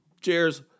Cheers